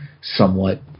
somewhat